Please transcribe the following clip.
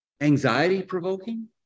anxiety-provoking